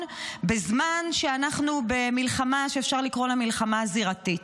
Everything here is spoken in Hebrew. בזמן שאנחנו במלחמה שאפשר לקרוא לה מלחמה רב-זירתית,